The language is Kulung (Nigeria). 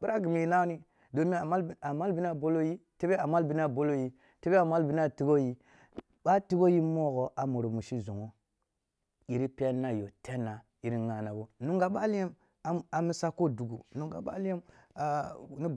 bira ghi mu yiri na ni, domin a mal… a mal bini a bolo yi tebe a mal bini a bolo yi, tebe a mal bini a tigho yi, bo a tigho yi mogho a muri mushi zonwo yiri peniniyo tenna, yiri ghanabo, nunga bali a a misa ko dugu nunga bali yam.